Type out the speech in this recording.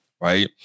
right